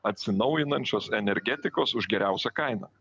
atsinaujinančios energetikos už geriausią kainą